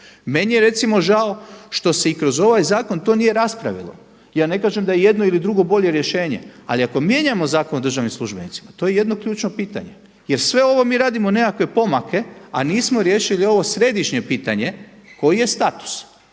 Meni je recimo žao što se i kroz ovaj zakon to nije raspravilo. Ja ne kažem da je jedno ili drugo bolje rješenje ali ako mijenjamo Zakon o državnim službenicima to je jedno ključno pitanje jer sve ovo mi radimo neke pomake a nismo riješili ovo središnje pitanje koji je status.